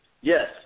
Yes